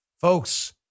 Folks